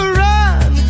run